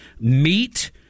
meat